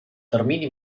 termini